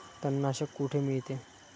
तणनाशक कुठे मिळते?